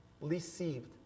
received